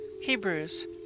Hebrews